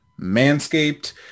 Manscaped